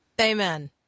Amen